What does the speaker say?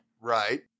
Right